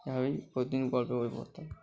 হ্যাঁ ওই প্রতিদিন গল্পের বই পড়তাম